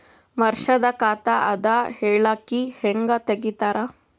ವರ್ಷದ ಖಾತ ಅದ ಹೇಳಿಕಿ ಹೆಂಗ ತೆಗಿತಾರ?